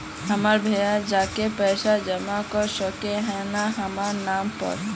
हमर भैया जाके पैसा जमा कर सके है न हमर नाम पर?